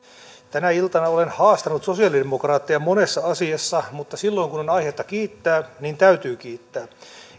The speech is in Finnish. tänä iltana olen haastanut sosialidemokraatteja monessa asiassa mutta silloin kun on aihetta kiittää niin täytyy kiittää